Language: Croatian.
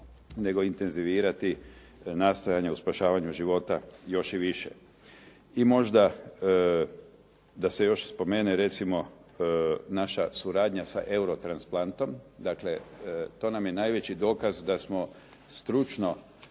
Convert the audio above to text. nego intenzivirati nastojanje u spašavanju života još i više. I možda da se još spomene recimo naša suradnja sa "Eurotransplantom" dakle to nam je najveći dokaz da smo stručno